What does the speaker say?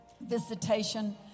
visitation